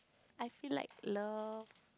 I feel like love